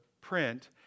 print